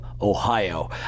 Ohio